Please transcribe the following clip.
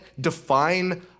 define